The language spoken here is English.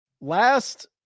last